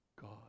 God